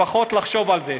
לפחות לחשוב על זה.